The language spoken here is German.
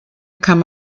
kann